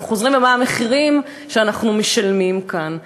חוזרים ומה המחירים שאנחנו משלמים כאן.